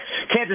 Kansas